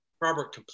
Robert